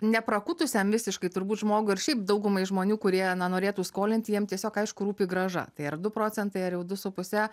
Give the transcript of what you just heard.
ne prakutusiam visiškai turbūt žmogui ar šiaip daugumai žmonių kurie na norėtų skolinti jiem tiesiog aišku rūpi grąža tai ar du procentai ar jau du su puse